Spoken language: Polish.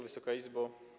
Wysoka Izbo!